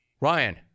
Ryan